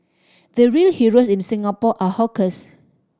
the real heroes in Singapore are hawkers